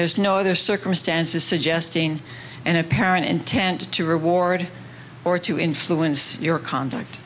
there's no other circumstances suggesting an apparent intent to reward or to influence your conduct